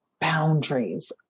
boundaries